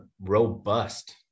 robust